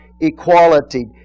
equality